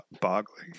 boggling